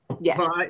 yes